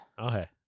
Okay